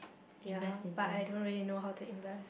ya but I don't really know how to invest